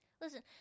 Listen